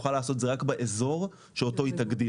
תוכל לעזור את זה רק באזור שאותו היא תגדיר,